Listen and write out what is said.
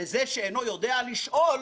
4) וזה שאינו יודע לשאול